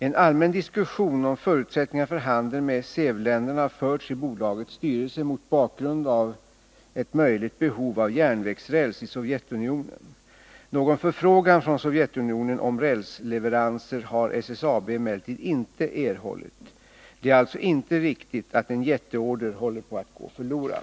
En allmän diskussion om förutsättningarna för handel med SEV-länderna har förts i bolagets styrelse mot bakgrund av ett möjligt behov av järnvägsräls i Sovjetunionen. Någon förfrågan från Sovjetunionen om rälsleveranser har 129 SSAB emellertid inte erhållit. Det är alltså inte riktigt att en jätteorder håller på att gå förlorad.